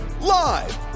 live